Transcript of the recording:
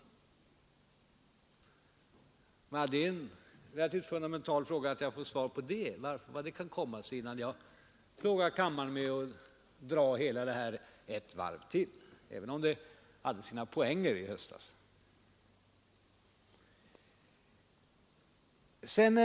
Innan jag plågar kammaren med att dra upp debatten om riksplanen en gång till — även om den i höstas hade sina poänger — är det naturligtvis fundamentalt att jag får svar på frågan hur det kan komma sig att den punkten inte fanns med i mittpartideklarationen.